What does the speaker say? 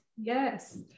yes